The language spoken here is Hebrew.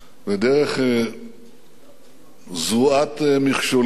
ודרך זרועת מכשולים